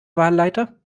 wahlleiter